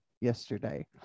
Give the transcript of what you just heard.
yesterday